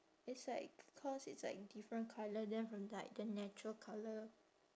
it's like cause it's like different colour than from like the natural colour